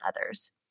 others